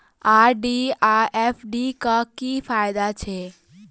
RD आ FD क की फायदा छै?